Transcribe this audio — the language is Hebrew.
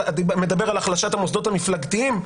מדברים על החלשת המוסדות המפלגתיים?